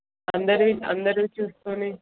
అందరివి అందరివి చూసుకుని